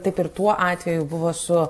taip ir tuo atveju buvo su